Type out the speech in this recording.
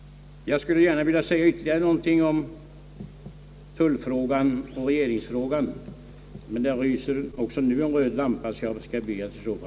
Jag skulle gärna vilja ytterligare beröra tullfrågan och regeringsfrågan, men den röda lampan lyser. Jag ber att få återkomma.